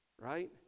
right